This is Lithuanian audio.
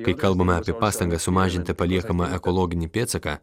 kai kalbame apie pastangas sumažinti paliekamą ekologinį pėdsaką